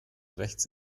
rechts